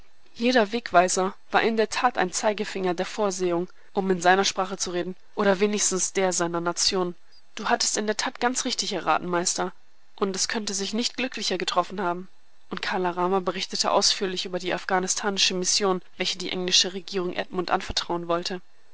jeder wegweiser war in der tat ein zeigefinger der vorsehung um in seiner sprache zu reden oder wenigstens der seiner nation du hattest in der tat ganz richtig erraten meister und es könnte sich nicht glücklicher getroffen haben und kala rama berichtete ausführlich über die afghanistanische mission welche die englische regierung edmund anvertrauen wollte